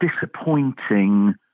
disappointing